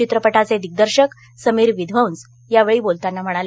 चित्रपटाचे दिग्दर्शक समीर विध्वंस यावेळी बोलताना म्हणाले